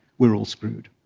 we're all screwed.